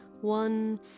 one